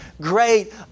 great